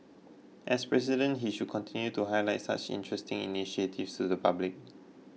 as president he should continue to highlight such interesting initiatives to the public